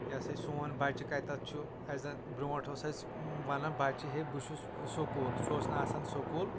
یہِ سا یہِ سون بچہِ کتٮ۪تھ چھُ اسہِ زن برٛونٛٹھ اوس اسہِ ونان بچہِ ہے بہٕ چھُس سکوٗل سُہ اوس نہٕ آسان سکوٗل